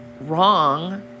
wrong